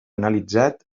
analitzat